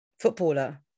footballer